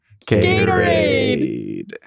Gatorade